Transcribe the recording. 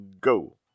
go